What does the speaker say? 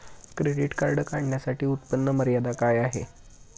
Credit card काढण्यासाठी उत्पन्न मर्यादा काय आहे?